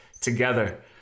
together